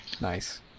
Nice